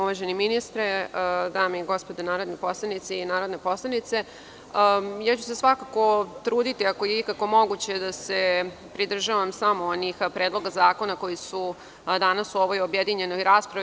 Uvaženi ministre, dame i gospodo narodni poslanici i narodne poslanice, svakako ću se truditi, ako je ikako moguće, da se pridržavam samo onih predloga zakona koji su danas u ovoj objedinjenoj raspravi.